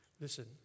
listen